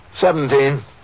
Seventeen